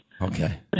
Okay